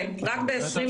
כן, רק ב-2021.